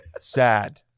sad